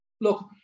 Look